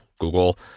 Google